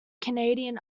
canadian